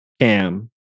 Cam